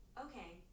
Okay